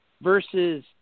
versus